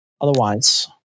Otherwise